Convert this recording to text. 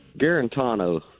Garantano